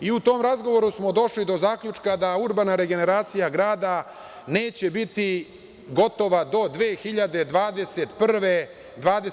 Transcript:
U tom razgovoru smo došli do zaključka da urbana regeneracija grada neće biti gotova do 2021/